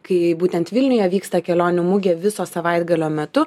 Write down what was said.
kai būtent vilniuje vyksta kelionių mugė viso savaitgalio metu